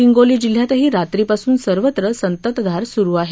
हिंगोली जिल्ह्यातही रात्रीपासून सर्वत्र संततधार सुरु आहे